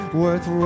worth